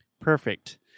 Perfect